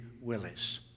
Willis